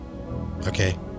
Okay